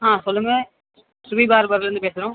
ஆ சொல்லுங்கள் சுனில் பார்பர்லேருந்து பேசுகிறோம்